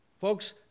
Folks